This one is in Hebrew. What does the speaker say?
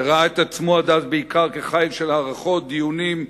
שראה את עצמו עד אז בעיקר כחיל של הערכות, דיונים,